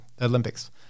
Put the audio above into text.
Olympics